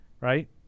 Right